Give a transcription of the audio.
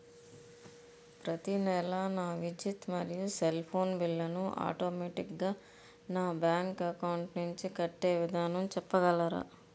ప్రతి నెల నా విద్యుత్ మరియు సెల్ ఫోన్ బిల్లు ను ఆటోమేటిక్ గా నా బ్యాంక్ అకౌంట్ నుంచి కట్టే విధానం చెప్పగలరా?